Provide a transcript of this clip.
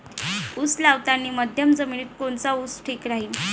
उस लावतानी मध्यम जमिनीत कोनचा ऊस ठीक राहीन?